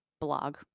blog